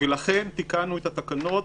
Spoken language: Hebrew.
לכן תיקנו את התקנות,